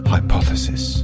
Hypothesis